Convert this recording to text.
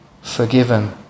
forgiven